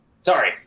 Sorry